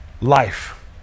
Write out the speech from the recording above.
Life